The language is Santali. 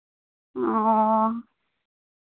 ᱚ